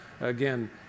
again